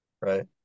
right